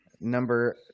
Number